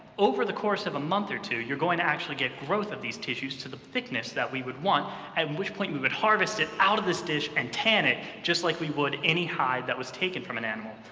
over the course of a month or two, you're going to actually get growth of these tissues to the thickness that we would want, at which point we would harvest it out of this dish and tan it just like we would any hide that was taken from an animal,